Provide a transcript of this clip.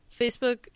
Facebook